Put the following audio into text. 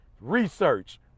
research